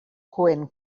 coent